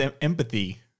empathy